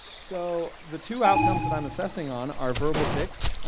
so, the two outcomes that i'm assessing on are verbal tics.